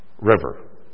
river